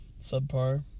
subpar